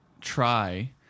try